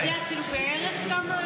אתה יודע בערך כמה?